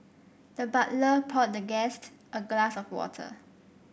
the butler poured the guest a glass of water